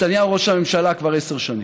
נתניהו ראש הממשלה כבר עשר שנים.